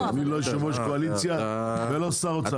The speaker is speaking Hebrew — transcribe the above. אני לא יושב-ראש קואליציה ולא שר אוצר.